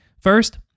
first